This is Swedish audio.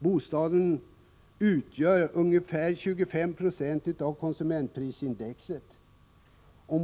Bostadskostnaden utgör ungefär 25 920 av konsumentprisindex.